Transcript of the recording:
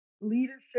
leadership